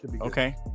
Okay